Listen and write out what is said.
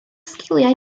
sgiliau